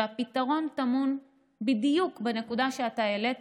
והפתרון טמון בדיוק בנקודה שאתה העלית,